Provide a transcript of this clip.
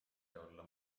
olla